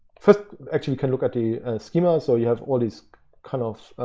first actually you can look at the schema. so you have all these kind of